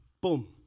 boom